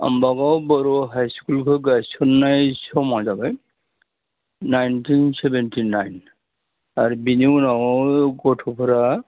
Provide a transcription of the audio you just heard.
आम्बागाव बर' हाइ स्कुलखौ गायसननाय समा जाबाय नाइन्टिन सेभेन्टि नाइन आरो बेनि उनाव गथ'फोरा